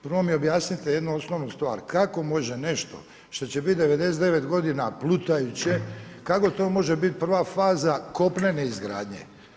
Prvo mi objasnite jednu osnovnu stvar, kako može nešto što će bit 99 godina plutajuće, kako to može bit prva faza kopnene izgradnje?